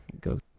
Go